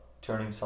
turning